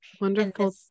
Wonderful